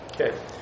Okay